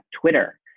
Twitter